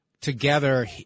together